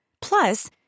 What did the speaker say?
Plus